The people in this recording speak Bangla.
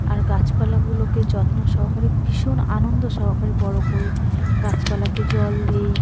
আর গাছপালাগুলোকে যত্ন সহকারে ভীষণ আনন্দ সহকারে বড় করি গাছপালাকে জল দিই